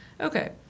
Okay